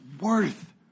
worth